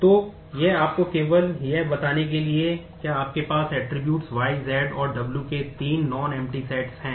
तो यह आपको केवल यह बताने के लिए है कि क्या आपके पास ऐट्रिब्यूट्स हैं